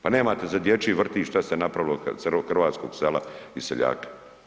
Pa nemate za dječji vrtić šta ste napravili od hrvatskog sela i seljaka.